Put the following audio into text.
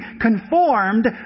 conformed